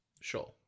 sure